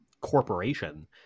corporation